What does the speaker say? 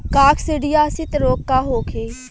काकसिडियासित रोग का होखे?